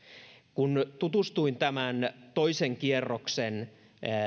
kun tutustuin tämän toisen kierroksen